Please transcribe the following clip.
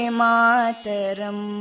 mataram